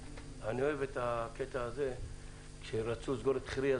אני אוהב את הקטע הזה שכשרצו לסקור את חירייה,